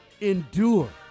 endure